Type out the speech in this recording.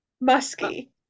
Musky